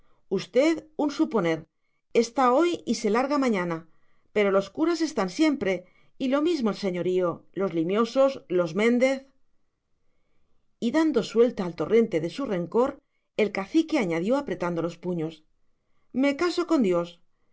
usted un suponer está ahí hoy y se larga mañana pero los curas están siempre y lo mismo el señorío los limiosos los méndez y dando suelta al torrente de su rencor el cacique añadió apretando los puños me caso con dios